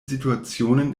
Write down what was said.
situationen